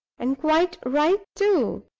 and quite right, too,